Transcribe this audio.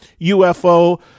UFO